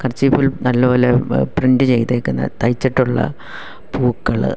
കർച്ചീഫിൽ നല്ല പോലെ പ്രിൻറ്റ് ചെയ്തിരിക്കുന്നത് തയ്ച്ചിട്ടുള്ള പൂക്കൾ